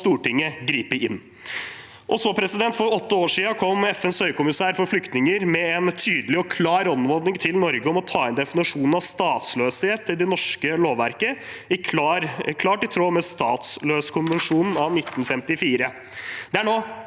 Stortinget gripe inn. For åtte år siden kom FNs høykommissæren for flyktninger med en tydelig og klar anmodning til Norge om å ta inn definisjonen av statsløshet i det norske lovverket, klart i tråd med statsløskonvensjonen av 1954. Det er nå